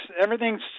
everything's